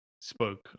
spoke